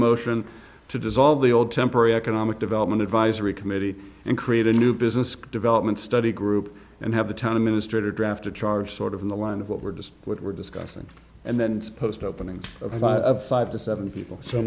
motion to dissolve the old temporary economic development advisory committee and create a new business development study group and have the time the minister draft a charge sort of in the line of what we're just what we're discussing and then supposed opening of a five to seven people so